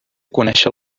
conèixer